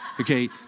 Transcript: Okay